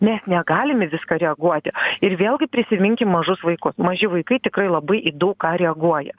mes negalim į viską reaguoti ir vėlgi prisiminkim mažus vaikus maži vaikai tikrai labai į daug ką reaguoja